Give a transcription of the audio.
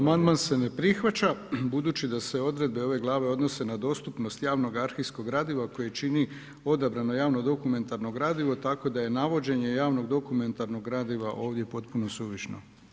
Amandman se ne prihvaća budući da se odredba ove glave odnose na dostupnost javnog arhivskog gradiva koje čini odabrano javno dokumentarno gradivo tako da je navođenje javnog dokumentarnog gradiva ovdje potpuno suvišno.